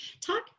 Talk